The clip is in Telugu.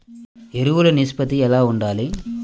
ఎరువులు నిష్పత్తి ఎలా ఉండాలి?